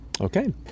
Okay